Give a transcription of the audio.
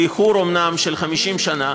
אומנם באיחור של 50 שנה,